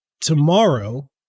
tomorrow